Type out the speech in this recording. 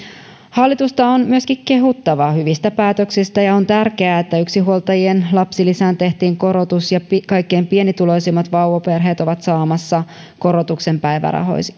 hallitusta on myöskin kehuttava hyvistä päätöksistä ja on tärkeää että yksinhuoltajien lapsilisään tehtiin korotus ja kaikkein pienituloisimmat vauvaperheet ovat saamassa korotuksen päivärahoihin